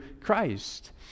Christ